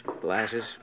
glasses